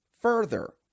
further